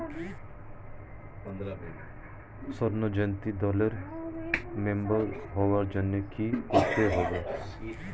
স্বর্ণ জয়ন্তী দলের মেম্বার হওয়ার জন্য কি করতে হবে?